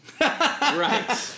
Right